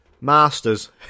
Masters